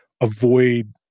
avoid